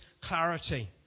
clarity